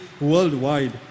worldwide